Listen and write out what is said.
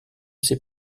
ces